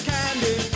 Candy